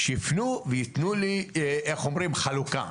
שהם יפנו וייתנו לי, איך אומרים, חלוקה,